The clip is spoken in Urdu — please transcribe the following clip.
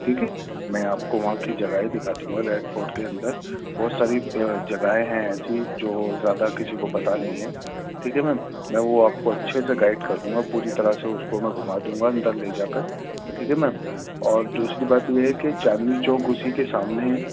ٹھیک ہے میں آپ کو وہاں کی جگہیں دکھا دوں گا ریڈ فورٹ کے اندر بہت ساری جگہیں ہیں ایسی جو زیادہ کسی کو پتا نہیں ہیں ٹھیک ہے میم میں وہ آپ کو اچھے سے گائڈ کر دوں گا پوری طرح سے اس کو میں گھما دوں گا اندر لے جا کر ٹھیک ہے میم اور دوسری بات یہ ہے کہ چاندنی چوک اسی کے سامنے ہے